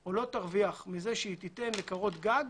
או לא תרוויח מזה שהיא תיתן לקרות גג